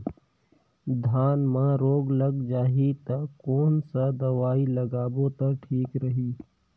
धान म रोग लग जाही ता कोन सा दवाई लगाबो ता ठीक रही?